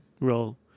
role